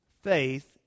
faith